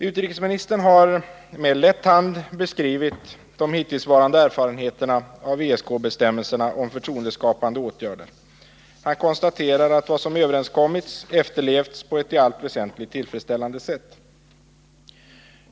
Utrikesministern har med lätt hand beskrivit de hittillsvarande erfarenheterna av ESK-bestämmelserna om förtroendeskapande åtgärder. Han noterar att vad som överenskommits efterlevts på ett i allt väsentligt tillfredsställande sätt.